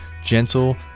gentle